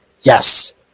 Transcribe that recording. yes